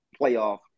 playoff